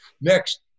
Next